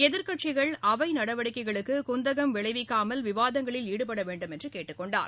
எதிர்கட்சிகள் அவை நடவடிக்கைகளுக்கு குந்தகம் விளைவிக்காமல் விவாதங்களில் ஈடுபட வேண்டும் என்று கேட்டுக்கொண்டார்